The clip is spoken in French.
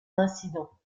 incident